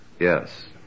Yes